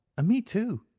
me too,